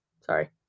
sorry